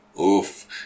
Oof